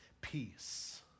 peace